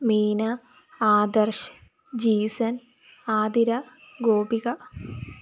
Meena Adarsh Jeesan Athira Gopika